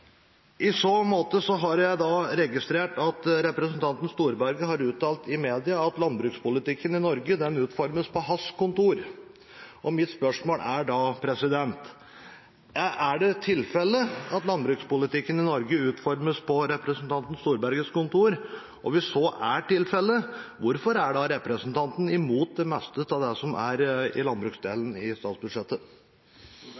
I så måte har jeg registrert at representanten Storberget har uttalt i media at landbrukspolitikken i Norge utformes på hans kontor. Mitt spørsmål er da: Er det tilfellet at landbrukspolitikken i Norge utformes på representanten Storbergets kontor? Og hvis så er tilfellet, hvorfor er da representanten imot det meste av det som er i landbruksdelen i statsbudsjettet?